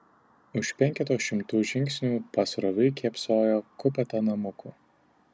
už penketo šimtų žingsnių pasroviui kėpsojo kupeta namukų